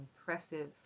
impressive